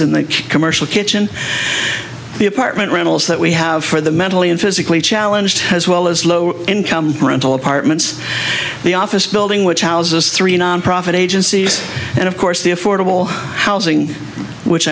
in the commercial kitchen the apartment rentals that we have for the mentally and physically challenged as well as low income rental apartments the office building which houses three nonprofit agencies and of course the affordable housing which